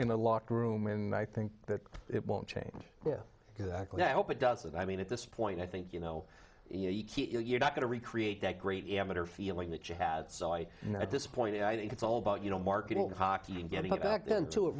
in a locked room and i think that it won't change yeah exactly i hope it doesn't i mean at this point i think you know you're not going to recreate that great image or feeling that you had so i mean at this point i think it's all about you know marketing and hockey and getting back into it